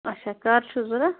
اچھا کَر چھُو ضوٚرَتھ